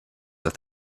that